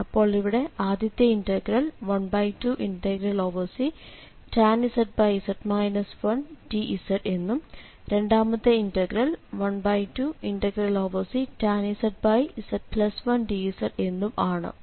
അപ്പോൾ ഇവിടെ ആദ്യത്തെ ഇന്റഗ്രൽ 12Ctan z dz എന്നും രണ്ടാമത്തെ ഇന്റഗ്രൽ 12Ctan z z1dz എന്നും ആണ്